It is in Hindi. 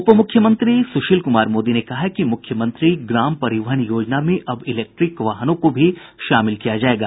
उपमुख्यमंत्री सुशील कुमार मोदी ने कहा है कि मुख्यमंत्री ग्राम परिवहन योजना में अब इलेक्ट्रिक वाहनों को भी शामिल किया जायेगा